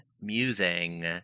Musing